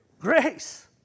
grace